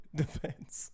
defense